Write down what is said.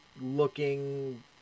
looking